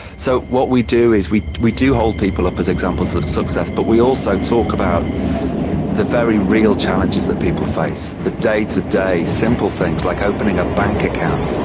so what we do is we we do hold people up as examples of success but we also talk about the very real challenges that people face, the day-to-day simple things like opening a bank account,